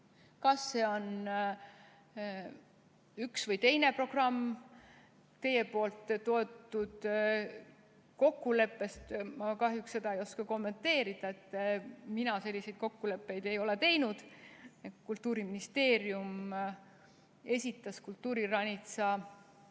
siis käigus üks või teine programm. Teie nimetatud kokkulepet ma kahjuks ei oska kommenteerida. Mina selliseid kokkuleppeid ei ole teinud. Kultuuriministeerium esitas kultuuriranitsa